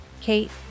Kate